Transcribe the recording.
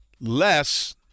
less